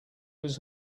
was